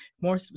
More